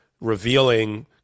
revealing